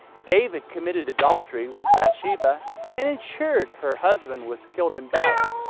david committed adultery with bathsheba and ensured her husband was killed in battle,